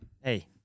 Hey